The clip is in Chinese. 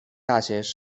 大学